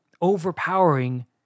overpowering